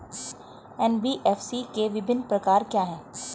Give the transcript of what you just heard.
NBFC के विभिन्न प्रकार क्या हैं?